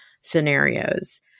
scenarios